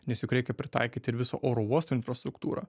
nes juk reikia pritaikyti ir viso oro uosto infrastruktūrą